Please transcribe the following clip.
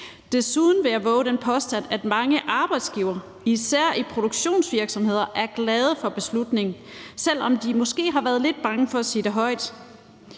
Desuden vil jeg vove den påstand, at mange arbejdsgivere, især i produktionsvirksomheder, er glade for beslutningen, selv om de måske har været lidt bange for at sige det højt.